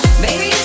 Baby